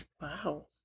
Wow